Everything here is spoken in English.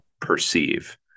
perceive